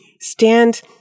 stand